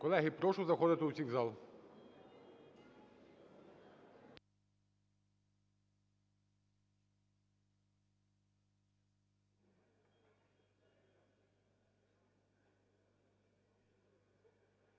Колеги, прошу заходити усіх в